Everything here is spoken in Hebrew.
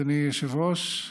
אדוני היושב-ראש,